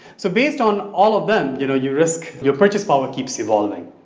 so based on all of them you know your risk, your purchase power keeps evolving.